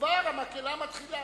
כבר המקהלה מתחילה.